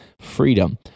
freedom